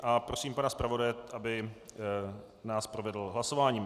A prosím pana zpravodaje, aby nás provedl hlasováním.